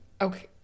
Okay